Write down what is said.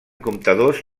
comptadors